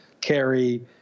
carry